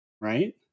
right